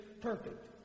perfect